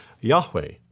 Yahweh